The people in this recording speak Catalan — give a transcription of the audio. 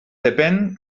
depèn